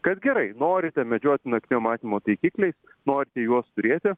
kad gerai norite medžioti naktinio matymo taikikliais norite juos turėti